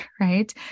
Right